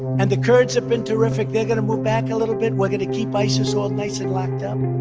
and the kurds have been terrific. they're going to move back a little bit. we're going to keep isis all nice and locked up